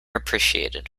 appreciated